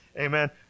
Amen